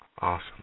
Awesome